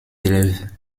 élèves